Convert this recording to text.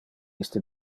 iste